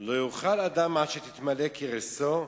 "לא יאכל אדם עד שתתמלא כרסו,